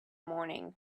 morning